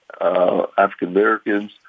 African-Americans